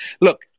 Look